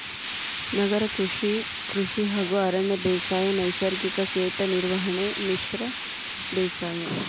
ನಗರ ಕೃಷಿ, ಕೃಷಿ ಹಾಗೂ ಅರಣ್ಯ ಬೇಸಾಯ, ನೈಸರ್ಗಿಕ ಕೇಟ ನಿರ್ವಹಣೆ, ಮಿಶ್ರ ಬೇಸಾಯ